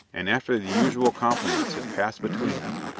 and after the usual compliments had passed between them,